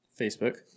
Facebook